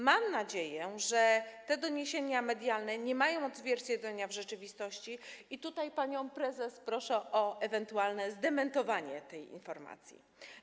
Mam nadzieję, że te doniesienia medialne nie mają odzwierciedlenia w rzeczywistości, i tutaj proszę panią prezes o ewentualne zdementowanie tej informacji.